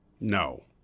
No